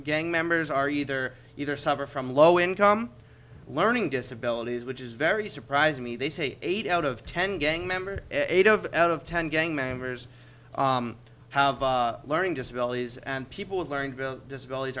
gang members are either either suffer from low income learning disabilities which is very surprising me they say eight out of ten gang members eight of out of ten gang members have learning disabilities and people with learning disabilities